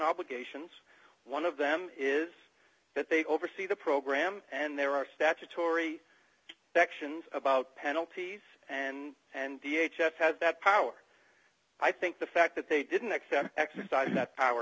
obligations one of them is that they oversee the program and there are statutory sections about penalties and and the h s had that power i think the fact that they didn't accept exercising that power